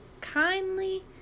kindly